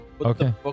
Okay